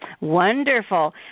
wonderful